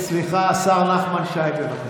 השר נחמן שי, בבקשה.